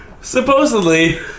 Supposedly